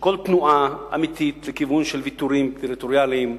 שכל תנועה אמיתית לכיוון של ויתורים טריטוריאליים,